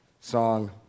song